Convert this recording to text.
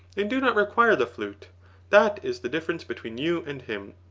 and do not require the flute that is the difference between you and him.